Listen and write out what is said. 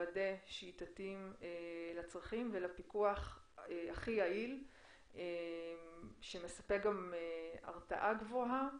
לוודא שהיא תתאים לצרכים ולפיקוח הכי יעיל שמספק גם הרתעה גבוהה.